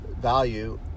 value